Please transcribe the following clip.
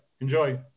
enjoy